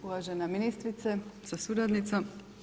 Uvažena ministrice sa suradnicom.